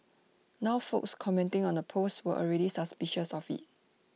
now folks commenting on the post were already suspicious of IT